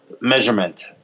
measurement